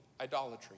idolatry